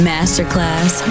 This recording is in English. Masterclass